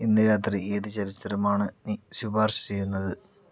ഇന്ന് രാത്രി ഏത് ചലച്ചിത്രമാണ് നീ ശുപാർശ ചെയ്യുന്നത്